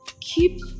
keep